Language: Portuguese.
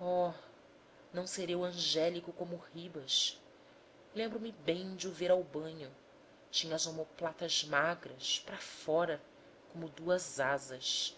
oh não ser eu angélico como o ribas lembro-me bem de o ver ao banho tinha as omoplatas magras para fora como duas asas